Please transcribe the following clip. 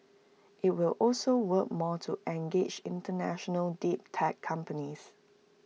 IT will also work more to engage International deep tech companies